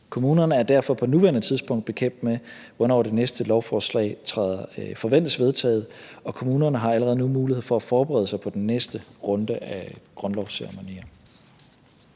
Kommunerne er derfor på nuværende tidspunkt bekendt med, hvornår det næste lovforslag forventes vedtaget, og kommunerne har allerede nu mulighed for at forberede sig på den næste runde af grundlovsceremonier.